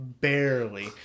Barely